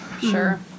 sure